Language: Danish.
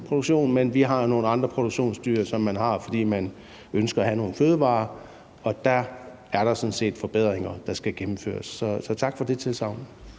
men der er jo nogle andre produktionsdyr, som man har, fordi man ønsker at have nogle fødevarer, og der er der sådan set forbedringer, der skal gennemføres. Så tak for det tilsagn.